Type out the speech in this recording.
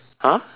!huh!